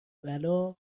بلا